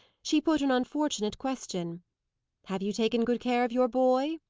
she put an unfortunate question have you taken good care of your boy?